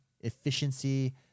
efficiency